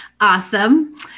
Awesome